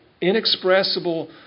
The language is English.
inexpressible